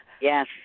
Yes